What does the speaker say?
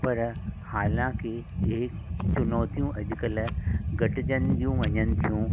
पर हालांकि इहे चुनौतियूं अॼु कल्ह घटिजंदियूं वञनि थियूं